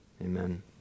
Amen